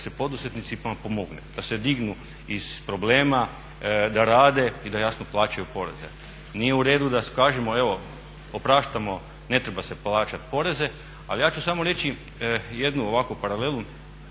se poduzetnicima pomogne, da se dignu iz problema, da rade i da jasno plaćaju poreze. Nije u redu da kažemo evo opraštamo ne treba se plaćati poreze ali ja ću samo reći jednu ovakvu paralelu,